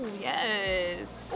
yes